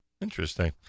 Interesting